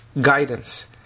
guidance